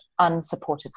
unsupportive